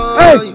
hey